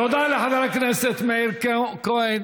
תודה לחבר הכנסת מאיר כהן.